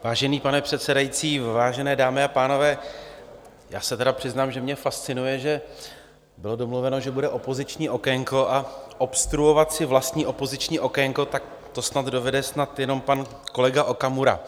Vážený pane předsedající, vážené dámy a pánové, já se tedy přiznám, že mě fascinuje, že bylo domluveno, že bude opoziční okénko, a obstruovat si vlastní opoziční okénko, to snad dovede jenom pan kolega Okamura.